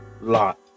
lot